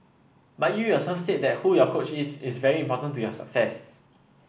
but you yourself said that who your coach is is very important to your success